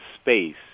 space